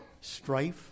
strife